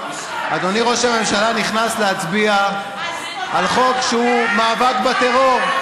אדוני ראש הממשלה נכנס להצביע על חוק שהוא למאבק בטרור.